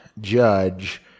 judge